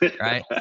right